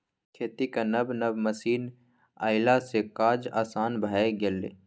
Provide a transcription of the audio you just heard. खेतीक नब नब मशीन एलासँ काज आसान भए गेल